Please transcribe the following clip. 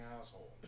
asshole